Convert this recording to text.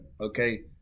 okay